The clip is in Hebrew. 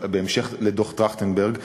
בהמשך לדוח טרכטנברג,